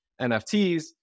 NFTs